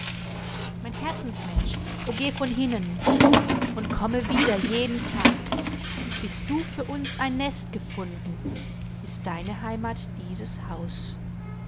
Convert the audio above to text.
mein herzensmensch o geh von hinnen und komme wieder jeden tag bis du für uns ein nest gefunden ist deine heimat dieses haus